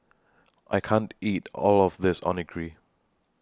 I can't eat All of This Onigiri